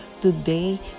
Today